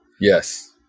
Yes